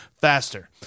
faster